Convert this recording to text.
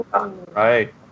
right